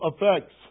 effects